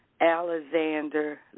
Alexander